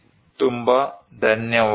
ತುಂಬ ಧನ್ಯವಾದಗಳು